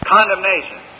Condemnation